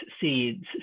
seeds